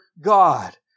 God